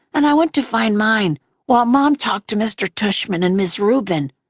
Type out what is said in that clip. and i went to find mine while mom talked to mr. tushman and ms. rubin,